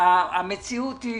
המציאות היא